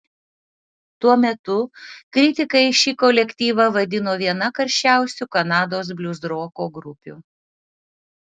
tuo metu kritikai šį kolektyvą vadino viena karščiausių kanados bliuzroko grupių